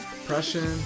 depression